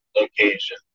location